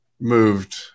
moved